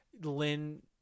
Lynn